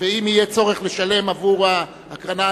ואם יהיה צורך לשלם עבור ההקרנה,